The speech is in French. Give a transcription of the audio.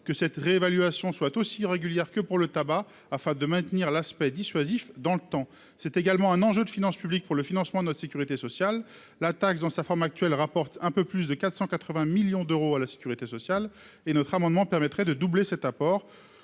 que la réévaluation soit aussi régulière que pour le tabac, afin de maintenir l'effet dissuasif dans le temps. C'est également un enjeu de finances publiques pour le financement de notre sécurité sociale. La taxe rapporte, dans sa forme actuelle, un peu plus de 480 millions d'euros à la sécurité sociale. Or l'adoption de l'amendement permettrait de doubler cet apport.